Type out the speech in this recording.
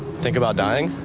think about dying?